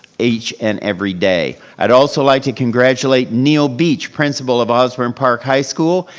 each and every day. i'd also like to congratulate neil beach, principal of osbourn park high school.